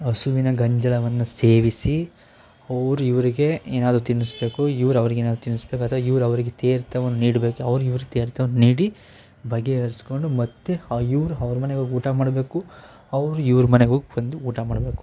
ಹಸುವಿನ ಗಂಜಲವನ್ನು ಸೇವಿಸಿ ಅವ್ರು ಇವರಿಗೆ ಏನಾದರೂ ತಿನ್ನಿಸ್ಬೇಕು ಇವ್ರು ಅವ್ರಿಗೇನಾದ್ರೂ ತಿನ್ನಿಸ್ಬೇಕು ಅಥ್ವಾ ಇವ್ರು ಅವರಿಗೆ ತೀರ್ಥವನ್ನ ನೀಡ್ಬೇಕು ಅವ್ರು ಇವ್ರಿಗೆ ತೀರ್ಥವನ್ನ ನೀಡಿ ಬಗೆಹರಿಸ್ಕೊಂಡು ಮತ್ತೆ ಇವ್ರು ಅವ್ರ ಮನೆಗೆ ಹೋಗಿ ಊಟ ಮಾಡಬೇಕು ಅವ್ರು ಇವ್ರ ಮನೆಗೆ ಹೋಗ್ಬಂದು ಊಟ ಮಾಡಬೇಕು